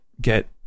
get